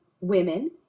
women